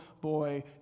boy